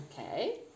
Okay